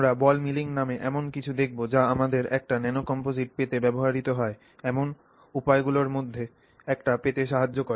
আমরা ball milling নামে এমন কিছু দেখব যা আমাদের একটি ন্যানোকমপোজিট পেতে ব্যবহৃত হয় এমন উপায়গুলির মধ্যে একটি পেতে সাহায্য করে